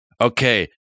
okay